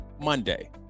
Monday